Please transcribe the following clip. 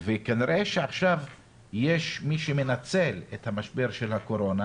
כנראה שעכשיו יש מי שמנצל את המשבר של הקורונה